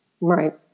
Right